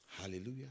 Hallelujah